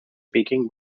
speaking